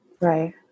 Right